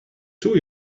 two